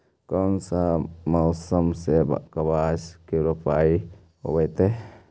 कोन सा मोसम मे कपास के रोपाई होबहय?